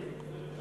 אתה